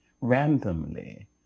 randomly